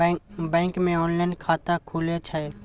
Bank मे online खाता खुले छै?